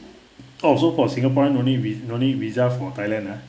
orh so for singaporean no need vi~ no need visa for thailand ah